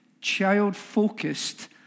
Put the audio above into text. child-focused